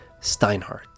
Steinhardt